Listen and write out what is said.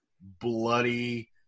bloody